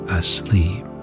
asleep